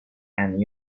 and